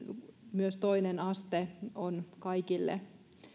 myös toinen aste on kaikille